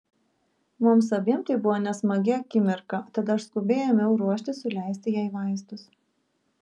mums abiem tai buvo nesmagi akimirka tad aš skubiai ėmiau ruoštis suleisti jai vaistus